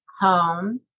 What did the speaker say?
home